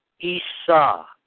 Esau